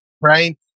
right